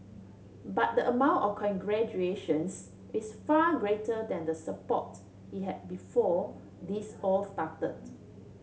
but the amount of congratulations is far greater than the support he had before this all started